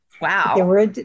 Wow